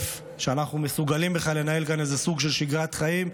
שאנחנו מסוגלים בכלל לנהל כאן איזה סוג של שגרת חיים,